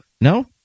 No